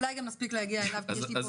אולי גם נספיק להגיע אליו כי יש לי פה